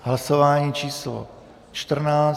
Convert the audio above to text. Hlasování číslo 14.